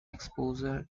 exposure